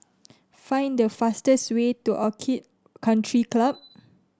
find the fastest way to Orchid Country Club